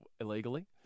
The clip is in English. illegally